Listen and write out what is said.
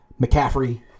McCaffrey